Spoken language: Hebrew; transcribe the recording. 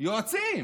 יועצים.